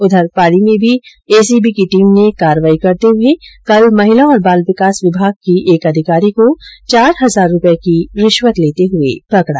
उधर पाली में भी एसीबी की टीम ने कार्रवाई करते हुए कल महिला और बाल विकास विभाग की एक अधिकारी को चार हजार रुपये की रिश्वत लेते पकड़ा